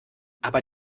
aber